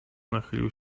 nachylił